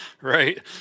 right